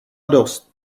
dost